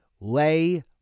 Lay